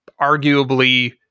arguably